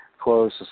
close